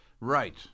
Right